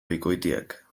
bikoitiak